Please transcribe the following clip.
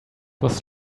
was